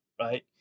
right